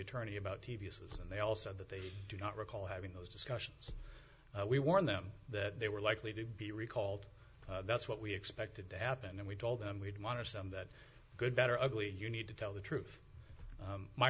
attorney about t v s and they all said that they do not recall having those discussions we warned them that they were likely to be recalled that's what we expected to happen and we told them we'd monitor them that good better ugly you need to tell the truth